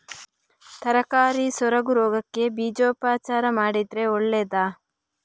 ತರಕಾರಿ ಸೊರಗು ರೋಗಕ್ಕೆ ಬೀಜೋಪಚಾರ ಮಾಡಿದ್ರೆ ಒಳ್ಳೆದಾ?